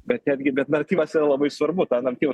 bet netgi bet naratyvas yar labai svarbu tą naratyvą